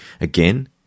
Again